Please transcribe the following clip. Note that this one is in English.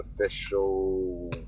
official